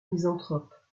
misanthrope